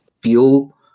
feel